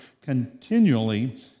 continually